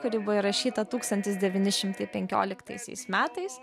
kuri buvo įrašyta tūkstantis devyni šimtai penkioliktaisiais metais